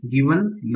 laugh D